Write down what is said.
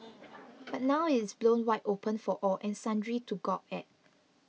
but now it is blown wide open for all and sundry to gawk at